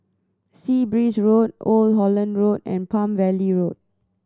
Sea Breeze Road Old Holland Road and Palm Valley Road